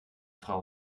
frau